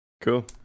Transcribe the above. cool